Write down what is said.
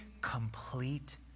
Complete